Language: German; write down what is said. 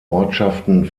ortschaften